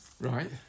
Right